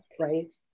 right